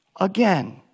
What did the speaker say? again